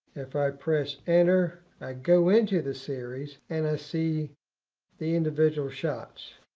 if i press enter, i go into the series and i see the individual shots.